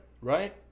right